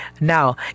now